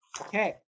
Okay